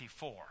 24